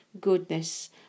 goodness